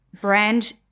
brand